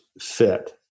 fit